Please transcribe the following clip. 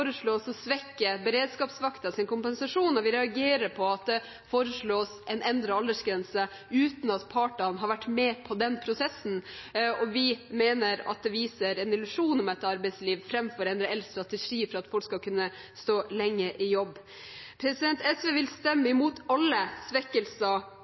foreslås å svekke beredskapsvaktens kompensasjon, og vi reagerer på at det foreslås en endret aldersgrense, uten at partene har vært med på den prosessen. Vi mener at det viser en illusjon om et arbeidsliv framfor en reell strategi for at folk skal kunne stå lenge i jobb. SV vil stemme imot alle svekkelser